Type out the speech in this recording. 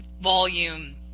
volume